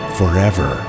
forever